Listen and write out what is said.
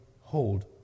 hold